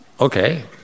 okay